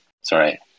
sorry